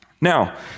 Now